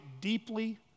deeply